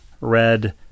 red